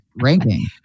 ranking